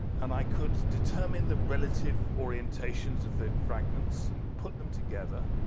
and i could determine the relative orientations of the fragments and put them together.